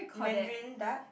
mandarin duck